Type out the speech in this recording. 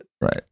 Right